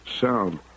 sound